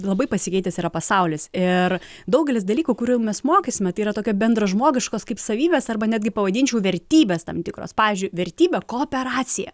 labai pasikeitęs yra pasaulis ir daugelis dalykų kurių mes mokysime tai yra tokio bendražmogiškos kaip savybės arba netgi pavadinčiau vertybės tam tikros pavyzdžiui vertybė kooperacija